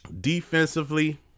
Defensively